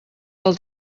del